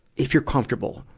if you're comfortable,